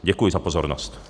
Děkuji za pozornost.